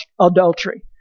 adultery